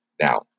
Now